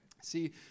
See